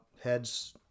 heads